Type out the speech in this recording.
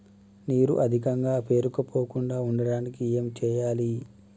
నీరు అధికంగా పేరుకుపోకుండా ఉండటానికి ఏం చేయాలి?